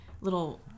little